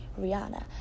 Rihanna